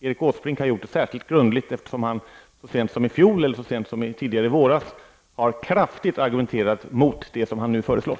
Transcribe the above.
Erik Åsbrink har gjort det särskilt grundligt. Så sent som i våras argumenterade han kraftigt emot det som han nu föreslår.